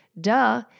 Duh